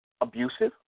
abusive